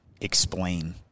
explain